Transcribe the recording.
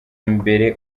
imbere